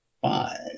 five